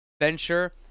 venture